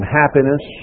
happiness